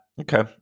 Okay